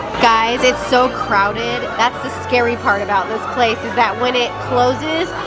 guys, it's so crowded. that's the scary part about this place is that when it closes,